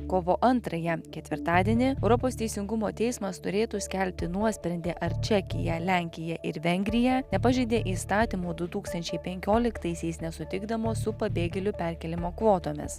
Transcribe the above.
kovo antrąją ketvirtadienį europos teisingumo teismas turėtų skelbti nuosprendį ar čekija lenkija ir vengrija nepažeidė įstatymų du tūkstančiai penkioliktaisiais nesutikdamos su pabėgėlių perkėlimo kvotomis